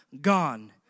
gone